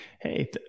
Hey